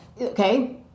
Okay